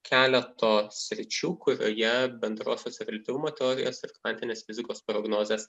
keleto sričių kurioje bendrosios reliatyvumo teorijos ir kvantinės fizikos prognozės